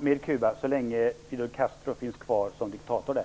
med Kuba så länge Fidel Castro är kvar som diktator där?